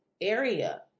area